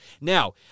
Now